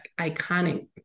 iconic